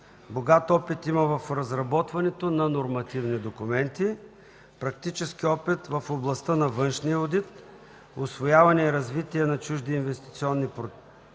Богат опит има в разработването на нормативни документи, практически опит в областта на външния одит, усвояване и развитие на чужди инвестиционни проекти и